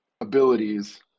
abilities